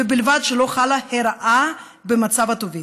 ובלבד שלא חלה הרעה במצב הטובין.